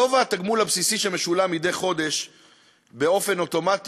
גובה התגמול הבסיסי שמשולם מדי חודש באופן אוטומטי